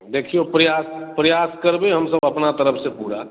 देखियौ प्रयास प्रयास करबै हमसभ अपना तरफसँ पूरा